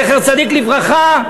זכר צדיק לברכה,